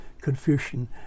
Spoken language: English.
Confucian